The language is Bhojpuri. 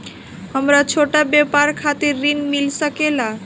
हमरा छोटा व्यापार खातिर ऋण मिल सके ला?